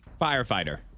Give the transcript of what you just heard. Firefighter